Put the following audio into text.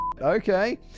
okay